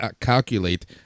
calculate